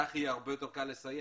לך יהיה הרבה יותר קל לסייע.